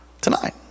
Tonight